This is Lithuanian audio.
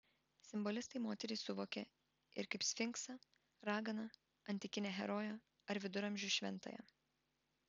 simbolistai moterį suvokė ir kaip sfinksą raganą antikinę heroję ar viduramžių šventąją